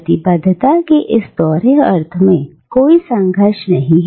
प्रतिबद्धता के इस दोहरे अर्थ में कोई संघर्ष नहीं है